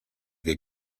que